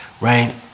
right